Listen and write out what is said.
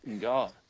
God